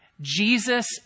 Jesus